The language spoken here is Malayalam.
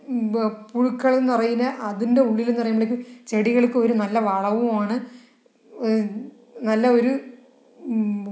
പുഴുക്കളും നൊറയൂല്ല അതിന്റെ ഉള്ളിൽ എന്ന് പറയുമ്പോഴേക്കും ചെടികൾക്ക് ഒരു നല്ല വളവുമാണ് നല്ല ഒരു